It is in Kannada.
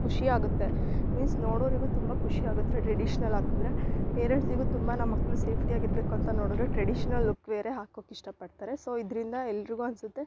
ಖುಷಿ ಆಗುತ್ತೆ ಮೀನ್ಸ್ ನೋಡೋರಿಗು ತುಂಬ ಖುಷಿ ಆಗತ್ ಟ್ರೆಡಿಷ್ನಲ್ ಹಾಕದ್ರೆ ಪೇರೆಂಟ್ಸಿಗು ತುಂಬ ನಮ್ಮ ಮಕ್ಕಳು ಸೇಫ್ಟಿಯಾಗಿ ಇರ್ಬೆಕು ಅಂತ ನೋಡಿದ್ರೆ ಟ್ರೆಡಿಷ್ನಲ್ ಲುಕ್ ವೇರೆ ಹಾಕೋಕೆ ಇಷ್ಟ ಪಡ್ತಾರೆ ಸೊ ಇದರಿಂದ ಎಲ್ಲರಿಗು ಅನಿಸುತ್ತೆ